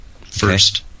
first